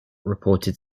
reported